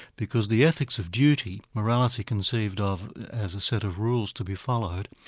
because the ethics of duty, morality conceived of as a set of rules to be followed,